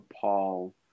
Paul